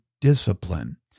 discipline